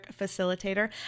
facilitator